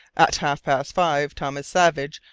at half-past five, thomas savage,